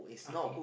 okay